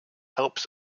helps